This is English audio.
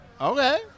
Okay